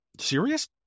Serious